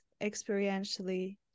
experientially